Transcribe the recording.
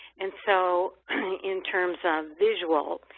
and so in terms of visual,